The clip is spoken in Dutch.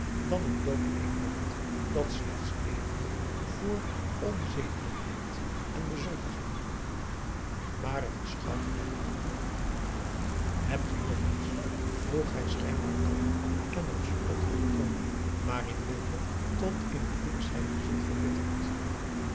dan een dood element dat slechts leefde voor onzedelijkheid en bezoldiging maar het was gauw gedaan hebt u nog iets vroeg hij schijnbaar kalm en op spottenden toon maar inwendig tot in het diepst zijner ziel verbitterd